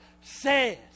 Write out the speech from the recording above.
says